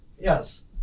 Yes